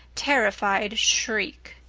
terrified shriek.